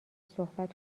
صحبت